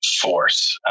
force